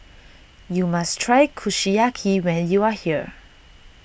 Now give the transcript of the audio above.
you must try Kushiyaki when you are here